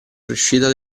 riuscita